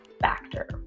factor